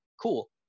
cool